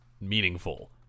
meaningful